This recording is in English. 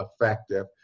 effective